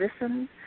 listen